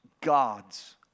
God's